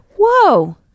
whoa